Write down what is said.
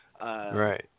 right